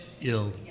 ill